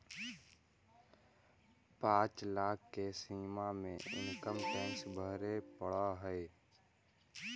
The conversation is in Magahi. पाँच लाख के सीमा में इनकम टैक्स भरे पड़ऽ हई